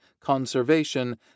conservation